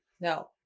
No